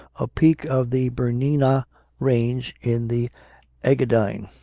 a peak of the bernina range in the engadine,